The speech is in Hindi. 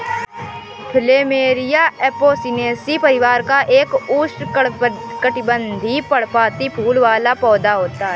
प्लमेरिया एपोसिनेसी परिवार का एक उष्णकटिबंधीय, पर्णपाती फूल वाला पौधा है